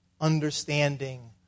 understanding